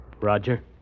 Roger